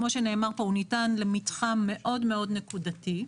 כמו שנאמר פה, הוא ניתן למתחם מאוד מאוד נקודתי.